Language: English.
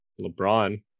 LeBron